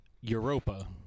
Europa